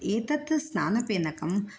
एतत् स्नानफेनकम्